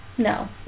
No